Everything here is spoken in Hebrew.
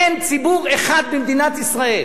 אין ציבור אחד במדינת ישראל